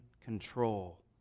control